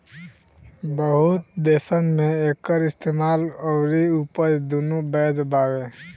बहुत देसन मे एकर इस्तेमाल अउरी उपज दुनो बैध बावे